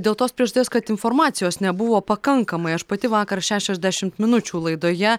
dėl tos priežasties kad informacijos nebuvo pakankamai aš pati vakar šešiasdešimt minučių laidoje